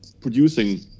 producing